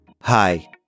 Hi